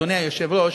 אדוני היושב-ראש,